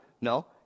No